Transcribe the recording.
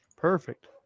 Perfect